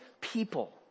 people